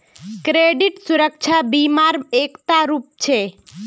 credit सुरक्षा बीमा बीमा र एकता रूप छिके